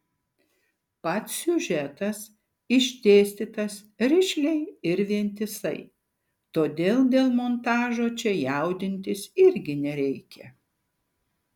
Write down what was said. pats siužetas išdėstytas rišliai ir vientisai todėl dėl montažo čia jaudintis irgi nereikia